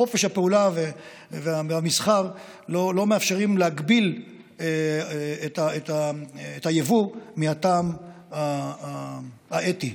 חופש הפעולה והמסחר לא מאפשרים להגביל את היבוא מהטעם האתי.